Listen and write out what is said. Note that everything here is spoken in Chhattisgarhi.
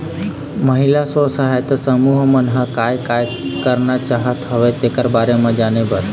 महिला स्व सहायता समूह मन ह काय काय करना चाहत हवय तेखर बारे म जाने बर